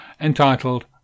entitled